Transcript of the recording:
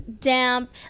damp